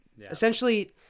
Essentially